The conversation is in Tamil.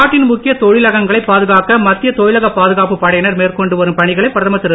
நாட்டின் முக்கிய தொழிலகங்களைப் பாதுகாக்க மத்திய தொழிலக பாதுகாப்புப் படையினர் மேற்கொண்டு வரும் பணிகளை பிரதமர் திரு